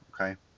Okay